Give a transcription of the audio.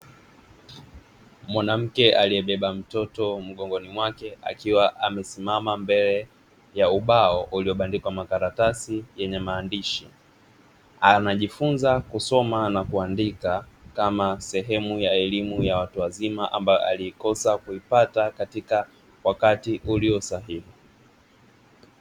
Mwanamke aliyebeba mtoto mgongoni mwake akiwa amesimama mbele ya ubao uliobandikwa makaratasi yenye maandishi. Anajifunza kusoma na kuandika kama sehemu ya elimu ya watu wazima ambayo aliikosa kuipata katika wakati ulio sahihi.